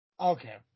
Okay